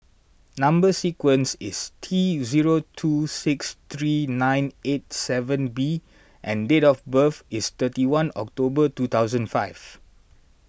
Number Sequence is T zero two six three nine eight seven B and date of birth is thirty one October two thousand and five